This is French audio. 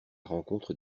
rencontre